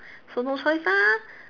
so no choice ah